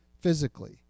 physically